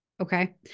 Okay